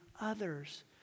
others